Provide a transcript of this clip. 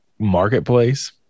marketplace